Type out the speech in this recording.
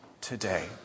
today